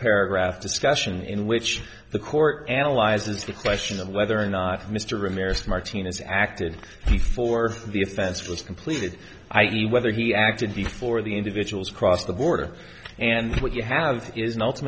paragraph discussion in which the court analyzes the question of whether or not mr ramirez martinez acted before the offense was completed i e whether he acted before the individuals cross the border and what you have is an